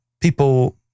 people